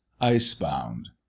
icebound